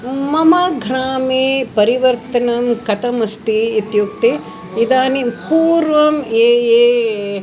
मम ग्रामे परिवर्तनं कथम् अस्ति इत्युक्ते इदानीं पूर्वं ये ये